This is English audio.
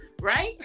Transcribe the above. Right